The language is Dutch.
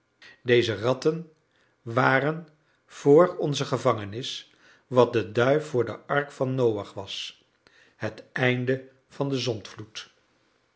deze ratten waren voor onze gevangenis wat de duif voor de ark van noach was het einde van den